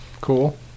Cool